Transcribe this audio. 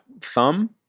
thumb